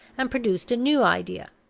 and produced a new idea.